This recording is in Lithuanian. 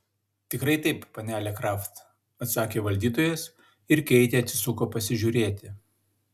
tikrai taip panele kraft atsakė valdytojas ir keitė atsisuko pasižiūrėti